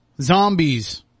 zombies